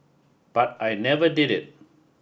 but I never did it